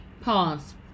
pause